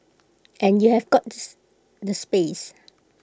and have got this the space